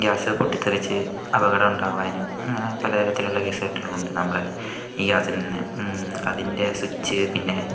gas പൊട്ടിത്തെറിച്ച് അപകടമുണ്ടാവാനും അങ്ങനെ പലതരത്തിലുള്ള കേസ് കെട്ടുകളും ഉണ്ട് നമ്മള് ഈ ഗ്യാസിൽ നിന്ന് അതിൻ്റെ സ്വിച്ച് പിന്നെ